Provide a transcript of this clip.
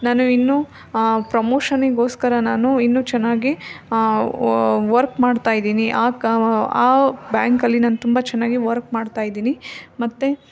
ನಾನು ಇನ್ನೂ ಪ್ರಮೋಷನಿಗೋಸ್ಕರ ನಾನು ಇನ್ನೂ ಚೆನ್ನಾಗಿ ವರ್ಕ್ ಮಾಡ್ತಾ ಇದ್ದೀನಿ ಆ ಬ್ಯಾಂಕಲ್ಲಿ ನಾನು ತುಂಬ ಚೆನ್ನಾಗಿ ವರ್ಕ್ ಮಾಡ್ತಾ ಇದ್ದೀನಿ ಮತ್ತು